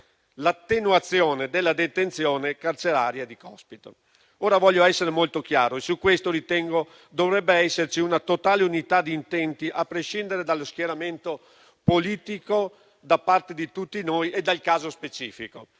l'attenuazione della detenzione carceraria di Cospito. Ora voglio essere molto chiaro e su questo ritengo dovrebbe esserci una totale unità di intenti, a prescindere dallo schieramento politico, da parte di tutti noi e dal caso specifico: